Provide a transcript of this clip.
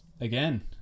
again